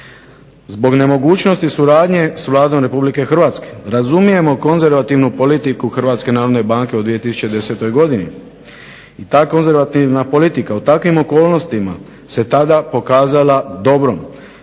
zbog nemogućnosti suradnje s Vladom RH razumijemo konzervativnu politiku HNB-a u 2010.godini i ta konzervativna politika u takvim okolnostima se tada pokazala dobrom